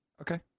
Okay